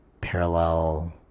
parallel